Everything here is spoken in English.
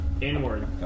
Inward